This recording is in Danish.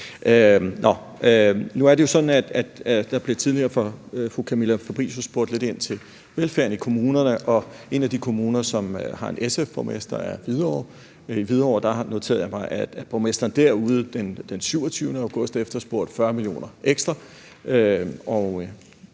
Nu er det jo sådan, at der tidligere af fru Camilla Fabricius blev spurgt lidt ind til velfærden i kommunerne, og en af de kommuner, som har en SF-borgmester, er Hvidovre. Jeg har noteret mig, at borgmesteren i Hvidovre har efterspurgt 40 mio. kr.